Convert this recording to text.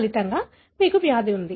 ఫలితంగా మీకు వ్యాధి ఉంది